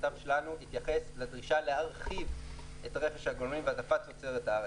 המכתב שלנו התייחס לדרישה להרחיב את רכש הגומלין והעדפת תוצרת הארץ,